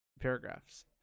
paragraphs